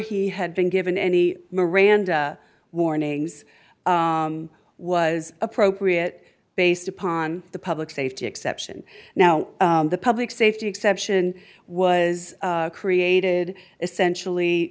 he had been given any miranda warnings was appropriate based upon the public safety exception now the public safety exception was created essentially